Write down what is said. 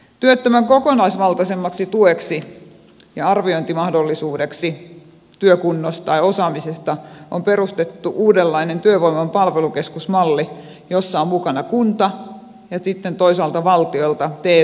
työttömän kokonaisvaltaisemmaksi tueksi ja arviointimahdollisuudeksi työkunnosta tai osaamisesta on perustettu uudenlainen työvoiman palvelukeskusmalli jossa on mukana kunta ja sitten toisaalta valtiolta te toimisto ja kela